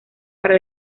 para